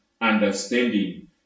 understanding